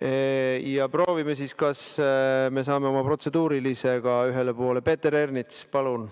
Ja proovime siis, kas me saame oma protseduurilistega ühele poole. Peeter Ernits, palun!